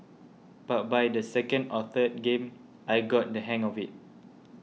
but by the second or third game I got the hang of it